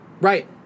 Right